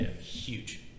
huge